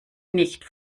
nicht